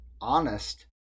honest